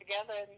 together